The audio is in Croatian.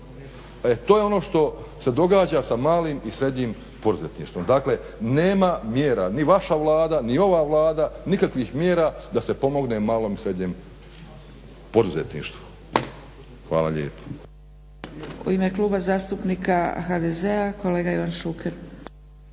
To je ono što se događa sa malim i srednjim poduzetništvom, dakle nema mjera ni vaša Vlada ni ova Vlada, nikakvih mjera da se pomogne malom i srednjem poduzetništvu. Hvala lijepo.